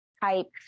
type